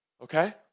Okay